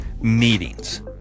meetings